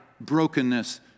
brokenness